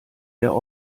der